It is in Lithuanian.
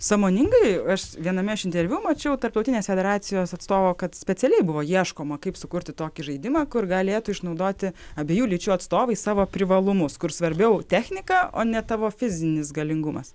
sąmoningai aš viename iš interviu mačiau tarptautinės federacijos atstovo kad specialiai buvo ieškoma kaip sukurti tokį žaidimą kur galėtų išnaudoti abiejų lyčių atstovai savo privalumus kur svarbiau technika o ne tavo fizinis galingumas